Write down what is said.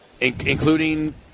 including